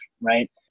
right